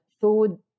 food